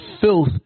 filth